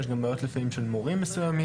יש גם בעיות לפעמים של מורים מסוימים,